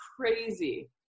crazy